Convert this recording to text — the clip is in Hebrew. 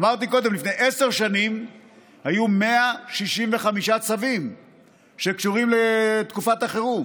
אמרתי קודם: לפני עשר שנים היו 125 צווים שקשורים לתקופת החירום,